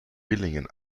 villingen